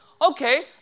Okay